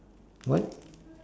what